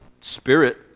spirit